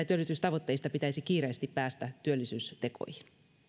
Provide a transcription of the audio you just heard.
työllisyystavoitteista pitäisi kiireesti päästä työllisyystekoihin